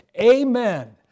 amen